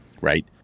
right